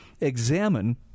examine